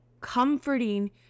comforting